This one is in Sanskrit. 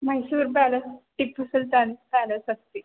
मैसूर् पेलस् टिप्पु सुल्तान् पेलस् अस्ति